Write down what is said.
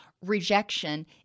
rejection